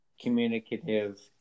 communicative